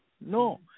No